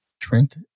Trent